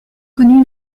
connu